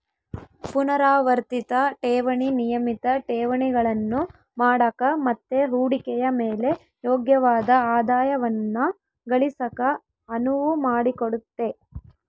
ಪುನರಾವರ್ತಿತ ಠೇವಣಿ ನಿಯಮಿತ ಠೇವಣಿಗಳನ್ನು ಮಾಡಕ ಮತ್ತೆ ಹೂಡಿಕೆಯ ಮೇಲೆ ಯೋಗ್ಯವಾದ ಆದಾಯವನ್ನ ಗಳಿಸಕ ಅನುವು ಮಾಡಿಕೊಡುತ್ತೆ